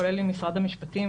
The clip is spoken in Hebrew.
כולל עם משרד המשפטים,